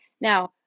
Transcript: Now